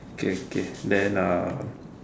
okay okay then uh